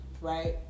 right